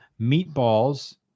meatballs